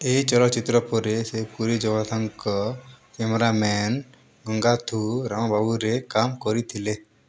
ଏହି ଚଳଚ୍ଚିତ୍ର ପରେ ସେ ପୁରୀ ଜଗନ୍ନାଥଙ୍କ କ୍ୟାମେରା ମ୍ୟାନ୍ ଗଙ୍ଗାଥୋ ରାମ୍ବାବୁରେ କାମ୍ କରିଥିଲେ